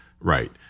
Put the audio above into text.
right